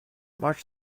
march